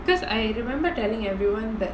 because I remember telling everyone that